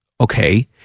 Okay